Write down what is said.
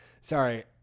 sorry